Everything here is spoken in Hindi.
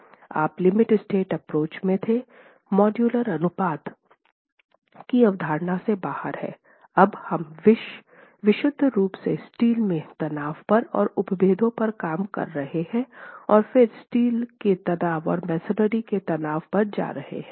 आप लिमिट स्टेट एप्रोच में थे मॉड्यूलर अनुपात की अवधारणा से बाहर है अब हम विशुद्ध रूप से स्टील के तनाव पर और उपभेदों पर काम कर रहे हैं और फिर स्टील के तनाव और मसोनरी के तनाव पर जा रहे हैं